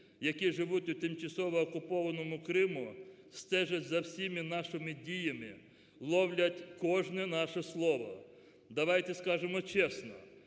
які живуть у тимчасово окупованому Криму, стежать за всіма нашими діями, ловлять кожне наше слово. Давайте скажемо чесно,